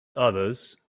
others